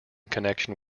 connection